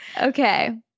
Okay